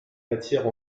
matières